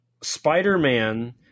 Spider-Man